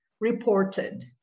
reported